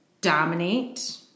dominate